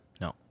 No